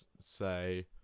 say